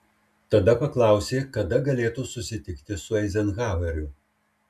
tada paklausė kada galėtų susitikti su eizenhaueriu